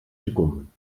seconden